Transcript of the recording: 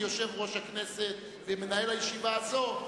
כיושב-ראש הכנסת ומנהל הישיבה הזאת,